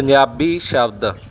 ਪੰਜਾਬੀ ਸ਼ਬਦ